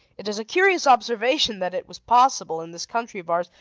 it is a curious observation that it was possible, in this country of ours,